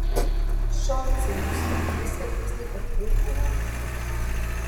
šolcai jums viską tiksliai patvirtino